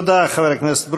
תודה, חבר הכנסת ברושי.